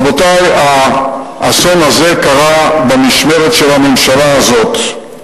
רבותי, האסון הזה קרה במשמרת של הממשלה הזאת,